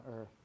earth